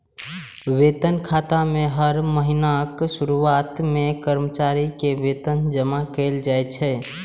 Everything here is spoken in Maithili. वेतन खाता मे हर महीनाक शुरुआत मे कर्मचारी के वेतन जमा कैल जाइ छै